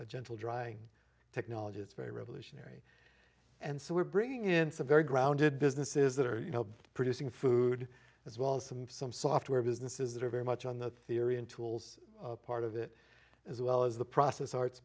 a gentle drying technology it's very revolutionary and so we're bringing in some very grounded business is that are you know producing food as well some of some software businesses that are very much on the theory and tools part of it as well as the process arts